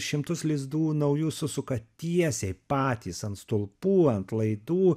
šimtus lizdų naujų susuka tiesiai patys ant stulpų ant laidų